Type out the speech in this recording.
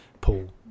paul